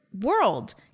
world